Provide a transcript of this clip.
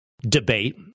debate